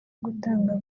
gutanga